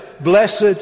blessed